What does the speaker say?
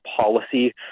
policy